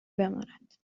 بماند